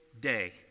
day